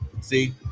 See